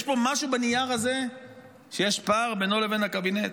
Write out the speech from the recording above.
יש פה משהו בנייר הזה שיש פער בינו לבין הקבינט?